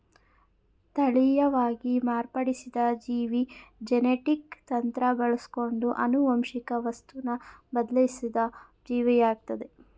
ತಳೀಯವಾಗಿ ಮಾರ್ಪಡಿಸಿದ ಜೀವಿ ಜೆನೆಟಿಕ್ ತಂತ್ರ ಬಳಸ್ಕೊಂಡು ಆನುವಂಶಿಕ ವಸ್ತುನ ಬದ್ಲಾಯ್ಸಿದ ಜೀವಿಯಾಗಯ್ತೆ